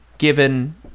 given